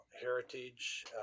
heritage